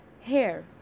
hair